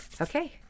Okay